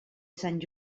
sant